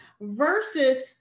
versus